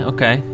Okay